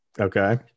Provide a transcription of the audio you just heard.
Okay